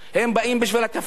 הם באים בשביל התפקיד,